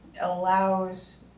allows